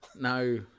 no